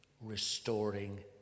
restoring